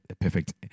perfect